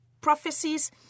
prophecies